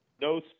No